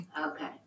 Okay